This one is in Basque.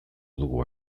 dugu